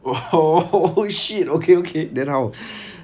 oh shit okay okay then how